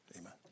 Amen